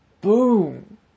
boom